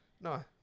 No